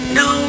no